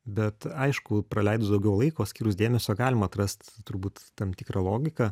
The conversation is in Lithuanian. bet aišku praleidus daugiau laiko skyrus dėmesio galima atrast turbūt tam tikrą logiką